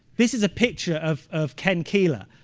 this is a picture of of ken keeler.